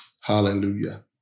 Hallelujah